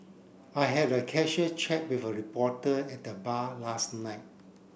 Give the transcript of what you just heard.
I had a casual chat with a reporter at the bar last night